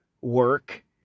Work